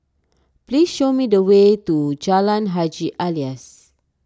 please show me the way to Jalan Haji Alias